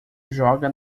joga